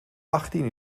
achttien